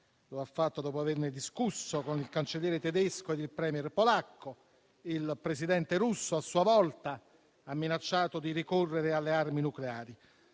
lo ha fatto dopo averne discusso con il Cancelliere tedesco ed il *Premier* polacco. Il Presidente russo, a sua volta, ha minacciato di ricorrere alle armi nucleari.